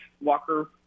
Walker